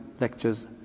lectures